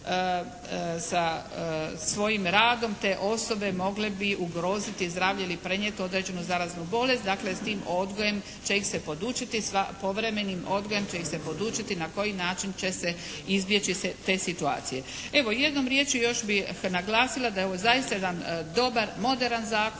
sa svojim radom te osobe mogle bi ugroziti zdravlje ili prenijeti određenu zaraznu bolest. Dakle s tim odgojem će ih se podučiti. Povremenim odgojem će ih se podučiti na koji način će se izbjeći te situacije. Evo, jednom riječju još bih naglasila da je ovo zaista jedan dobar, moderan zakon